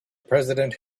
president